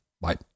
Bye